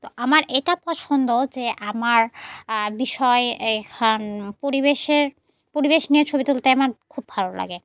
তো আমার এটা পছন্দ যে আমার বিষয় এখন পরিবেশের পরিবেশ নিয়ে ছবি তুলতে আমার খুব ভালো লাগে